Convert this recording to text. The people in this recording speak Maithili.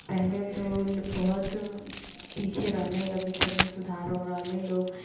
पहले तऽ बहुत पीछे रहलै अब ई सबमे सुधार हो रहलै लोग